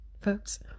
folks